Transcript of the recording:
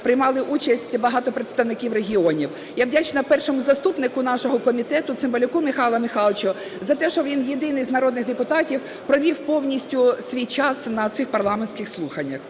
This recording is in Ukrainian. приймали участь багато представників регіонів. Я вдячна першому заступнику нашого комітету Цимбалюку Михайлу Михайловичу за те, що він єдиний з народних депутатів провів повністю свій час на цих парламентських слуханнях.